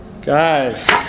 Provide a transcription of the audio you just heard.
Guys